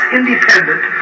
independent